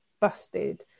busted